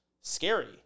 scary